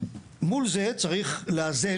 ומול זה, הייתי אומר שצריך לאזן,